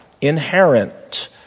Inherent